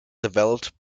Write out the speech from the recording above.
developed